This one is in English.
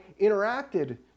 interacted